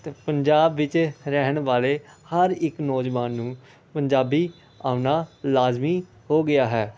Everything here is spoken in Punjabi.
ਅਤੇ ਪੰਜਾਬ ਵਿੱਚ ਰਹਿਣ ਵਾਲੇ ਹਰ ਇੱਕ ਨੌਜਵਾਨ ਨੂੰ ਪੰਜਾਬੀ ਆਉਣਾ ਲਾਜ਼ਮੀ ਹੋ ਗਿਆ ਹੈ